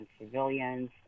civilians